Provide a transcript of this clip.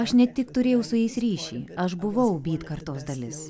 aš ne tik turėjau su jais ryšį aš buvau kartos dalis